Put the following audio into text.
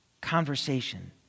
conversation